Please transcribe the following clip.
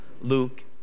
Luke